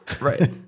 right